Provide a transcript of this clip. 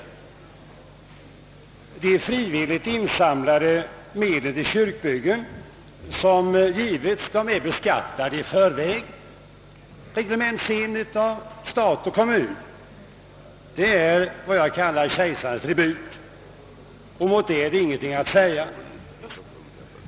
Det rör sig här om frivilligt insamlade medel till kyrkbyggen som redan har beskattats i vanlig ordning av stat och kommun, Det är vad jag kallar kejsarens tribut, och mot det är ingenting att invända.